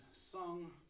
sung